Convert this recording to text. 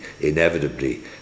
inevitably